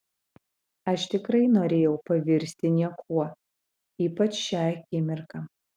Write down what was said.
aš tikrai norėjau pavirsti niekuo ypač šią akimirką